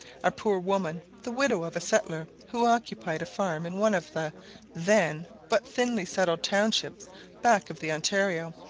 a poor woman, the widow of a settler who occupied a farm in one of the then but thinly-settled townships back of the ontario,